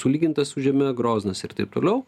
sulygintas su žeme groznas ir taip toliau